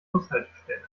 bushaltestelle